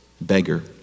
beggar